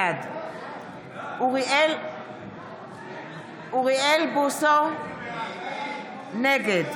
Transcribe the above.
בעד אוריאל בוסו, נגד